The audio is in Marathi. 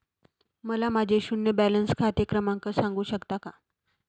मला माझे शून्य बॅलन्स खाते क्रमांक सांगू शकता का?